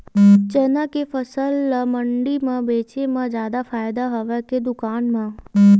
चना के फसल ल मंडी म बेचे म जादा फ़ायदा हवय के दुकान म?